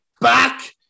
back